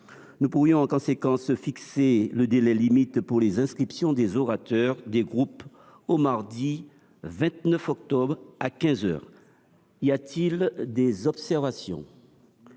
Nous pourrions en conséquence fixer le délai limite pour les inscriptions des orateurs des groupes au mardi 29 octobre à 15 heures. Y a t il des observations ?…